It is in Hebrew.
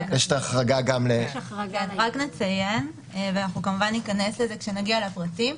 רק נציין ואנחנו כמובן ניכנס לזה כשנגיע לפרטים,